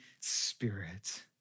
Spirit